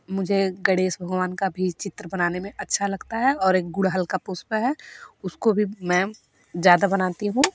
मुझे गणेश भगवान का भी चित्र बनाने में अच्छा लगता है और एक गुड़हल का पुष्प है उसको भी मैं ज़्यादा बनाती हूँ